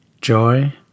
Joy